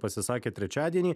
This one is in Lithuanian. pasisakė trečiadienį